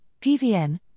PVN